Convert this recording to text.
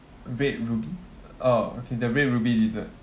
red ru~ oh okay the red ruby dessert